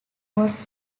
was